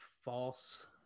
false